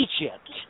Egypt